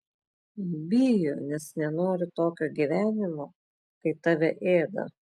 bijo nes nenori tokio gyvenimo kai tave ėda